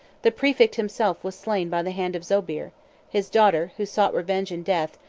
the praefect himself was slain by the hand of zobeir his daughter, who sought revenge and death,